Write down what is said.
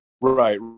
Right